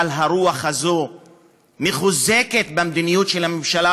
אבל הרוח הזאת מחוזקת במדיניות של הממשלה